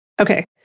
Okay